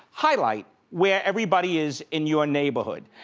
highlight where everybody is in your neighborhood.